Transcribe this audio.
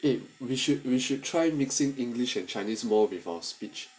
okay we should we should try mixing english and chinese way before speech